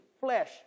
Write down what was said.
flesh